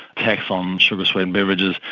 tax on sugar-sweetened beverages.